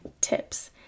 tips